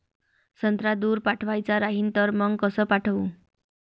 संत्रा दूर पाठवायचा राहिन तर मंग कस पाठवू?